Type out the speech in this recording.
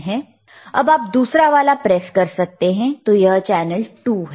अब आप दूसरा वाला प्रेस कर सकते हैं तो यह चैनल 2 है